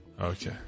Okay